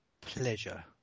pleasure